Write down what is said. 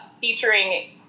Featuring